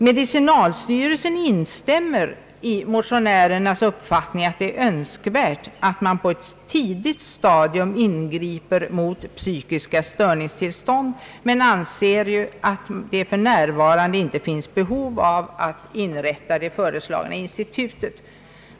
Medicinalstyrelsen instämmer i motionärernas uppfattning att det är önskvärt att man på ett tidigt stadium ingriper mot psykiska störningstillstånd, men styrelsen anser att det för närvarande inte finns behov av att inrätta det föreslagna institutet.